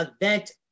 event